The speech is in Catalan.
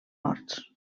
morts